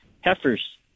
heifers